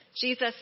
Jesus